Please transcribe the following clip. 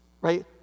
right